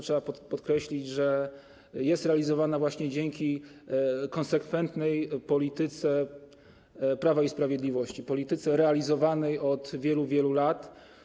Trzeba podkreślić, że jest ona realizowana właśnie dzięki konsekwentnej polityce Prawa i Sprawiedliwości, polityce realizowanej od wielu, wielu lat.